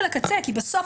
כי בסוף,